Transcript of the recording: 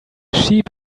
sheep